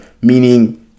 meaning